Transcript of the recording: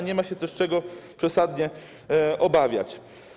Nie ma się też czego przesadnie obawiać.